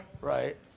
Right